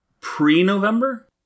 pre-November